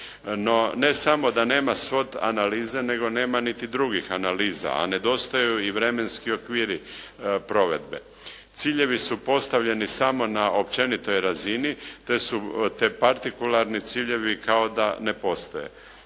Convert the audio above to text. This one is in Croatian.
ne samo da nema svot analiza nego nema i drugih analiza, a nedostaju i vremenski okviri provedbe. Ciljevi su postavljeni samo na općenitoj razini te partikalni ciljevi kao da ne postoje.